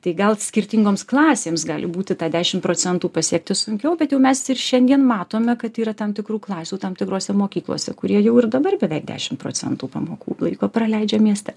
tai gal skirtingoms klasėms gali būti tą dešim procentų pasiekti sunkiau bet jau mes ir šiandien matome kad yra tam tikrų klasių tam tikrose mokyklose kurie jau ir dabar beveik dešim procentų pamokų laiko praleidžia mieste